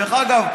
דרך אגב,